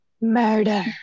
Murder